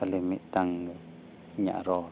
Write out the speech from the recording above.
ᱠᱷᱟᱹᱞᱤ ᱢᱤᱫᱴᱟᱝ ᱜᱮ ᱤᱧᱟᱹᱜ ᱨᱚᱲ